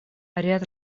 ряд